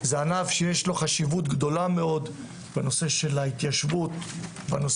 זה ענף שיש לו חשיבות גדולה מאוד בנושא של ההתיישבות והציונות.